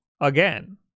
again